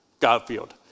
Garfield